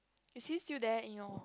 is he still there you know